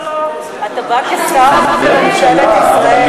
לא לא לא, אתה בא כשר בממשלת ישראל.